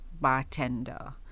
bartender